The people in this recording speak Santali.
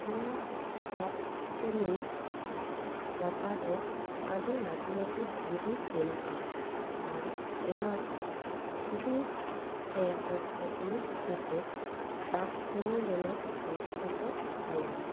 ᱱᱚᱣᱟ ᱫᱟᱜ ᱫᱩᱞᱩᱱ ᱞᱟᱛᱟᱨ ᱨᱮ ᱟᱹᱰᱤ ᱞᱟᱹᱴᱩ ᱞᱟᱹᱴᱩ ᱫᱷᱤᱨᱤ ᱢᱮᱱᱟᱜᱼᱟ ᱟᱨ ᱚᱱᱟ ᱫᱷᱤᱨᱤ ᱨᱮ ᱦᱚᱲ ᱠᱚ ᱫᱩᱲᱩᱵ ᱠᱟᱛᱮ ᱫᱟᱜ ᱫᱩᱞᱩᱱ ᱨᱮᱱᱟᱜ ᱫᱨᱤᱥᱥᱚ ᱠᱚ ᱧᱮᱞᱟ